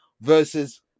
Versus